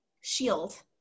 shield